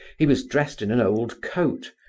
he was dressed in an old coat,